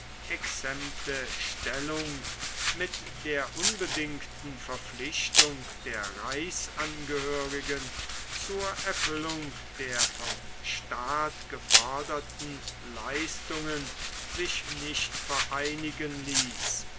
stellung mit der unbedingten verpflichtung der reichsangehörigen zur erfüllung der vom staat geforderten leistungen sich nicht vereinigen ließ